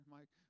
Mike